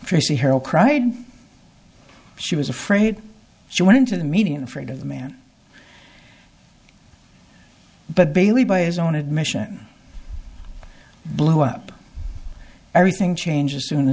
tracy harrell cried she was afraid she went into the median afraid of the man but bailey by his own admission blew up everything changes